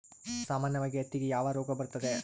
ಸಾಮಾನ್ಯವಾಗಿ ಹತ್ತಿಗೆ ಯಾವ ರೋಗ ಬರುತ್ತದೆ?